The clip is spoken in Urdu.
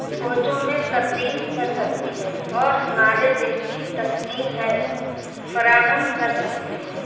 سوچوں میں تبدیل کر سکتی ہے اور ہمارے دل کی تسکین ہے فراہم کر سکتی ہے